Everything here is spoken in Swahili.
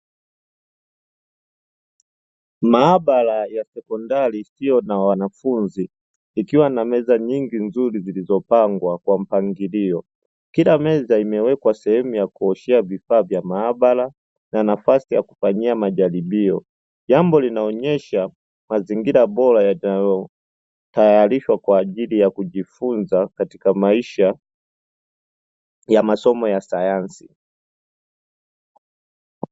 Maabara ya sekondari isiyo na wanafunzi ikiwa na meza nyingi nzuri zilizopangwa kwa mpangilio. Kila meza imewekewa sehemu ya kuoshea vifaa vya maabara na nafasi ya kufanyia majaribio, jambo linaonyesha mazingira bora yanayotayarishwa kwa ajili ya kujifunza katika maisha ya masomo ya sayansi.